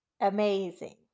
amazing